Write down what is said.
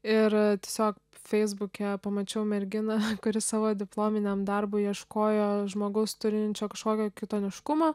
ir tiesiog feisbuke pamačiau merginą kuri savo diplominiam darbui ieškojo žmogaus turinčio kažkokio kitoniškumo